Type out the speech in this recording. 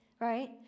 Right